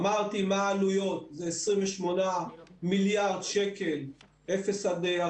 אמרתי מה העלויות, 28 מיליארד שקלים 0 45